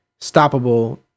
stoppable